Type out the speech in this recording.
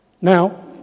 Now